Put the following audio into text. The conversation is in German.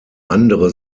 andere